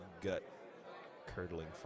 gut-curdling